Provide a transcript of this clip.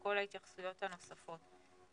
וכל ההתייחסויות הנוספות.